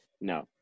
No